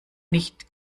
nicht